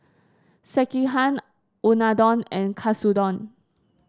Sekihan Unadon and Katsudon